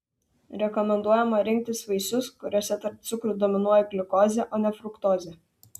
rekomenduojama rinktis vaisius kuriuose tarp cukrų dominuoja gliukozė o ne fruktozė